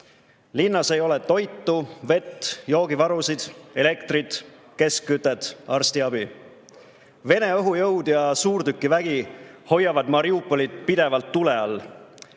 Linnas ei ole toitu, vett, joogivarusid, elektrit, keskkütet, arstiabi. Vene õhujõud ja suurtükivägi hoiavad Mariupolit pidevalt tule all.